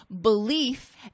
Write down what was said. belief